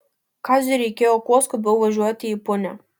kaziui reikėjo kuo skubiau važiuot į punią